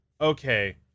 okay